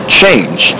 change